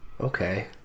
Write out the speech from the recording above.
okay